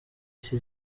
iki